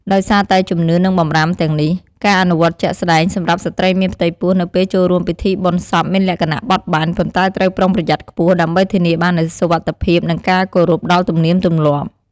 ដោយសារតែជំនឿ និងបម្រាមទាំងនេះ ការអនុវត្តជាក់ស្ដែងសម្រាប់ស្ត្រីមានផ្ទៃពោះនៅពេលចូលរួមពិធីបុណ្យសពមានលក្ខណៈបត់បែន ប៉ុន្តែត្រូវប្រុងប្រយ័ត្នខ្ពស់ ដើម្បីធានាបាននូវសុវត្ថិភាព និងការគោរពដល់ទំនៀមទម្លាប់។